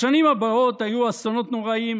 בשנים הבאות היו אסונות נוראיים,